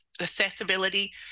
accessibility